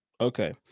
Okay